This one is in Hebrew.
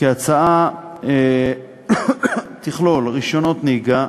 כי ההצעה תכלול רישיונות נהיגה,